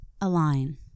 Align